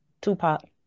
Tupac